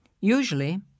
usually